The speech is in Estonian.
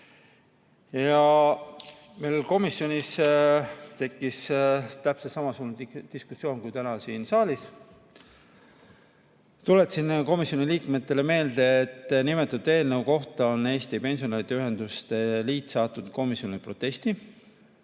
Komisjonis tekkis täpselt samasugune diskussioon kui täna siin saalis. Tuletasin komisjoni liikmetele meelde, et nimetatud eelnõu kohta on Eesti Pensionäride Ühenduste Liit saatnud komisjonile protesti.